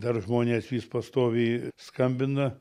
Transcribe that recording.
dar žmonės vis pastoviai skambina